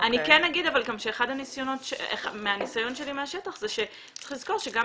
אני כן אגיד שמהניסיון שלי מהשטח, צריך לזכור שגם